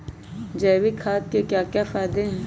जैविक खाद के क्या क्या फायदे हैं?